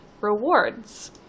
rewards